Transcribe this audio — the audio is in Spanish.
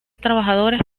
trabajadores